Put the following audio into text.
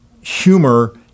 humor